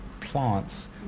plants